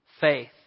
faith